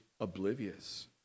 oblivious